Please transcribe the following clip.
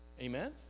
Amen